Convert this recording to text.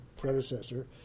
predecessor